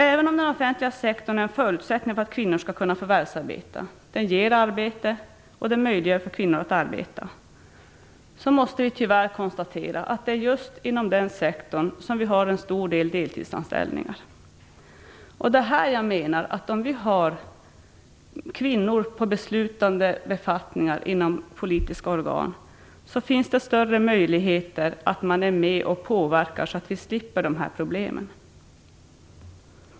Även om den offentliga sektorn är en förutsättning för att kvinnor skall kunna förvärvsarbeta - den ger arbete, och den möjliggör för kvinnor att arbeta - måste vi tyvärr konstatera att det är just inom den sektorn som vi har en stor del deltidsanställda. Om det finns kvinnor på beslutande befattningar inom politiska organ finns det större möjlighet för kvinnorna att vara med och påverka så att vi slipper de här problemen.